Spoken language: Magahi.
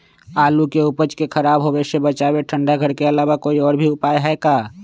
आलू के उपज के खराब होवे से बचाबे ठंडा घर के अलावा कोई और भी उपाय है का?